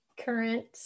current